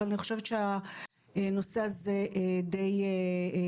אבל אני חושבת שהנושא הזה די ברור.